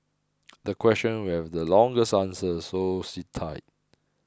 the question will have the longest answer so sit tight